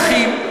לאן הולכים?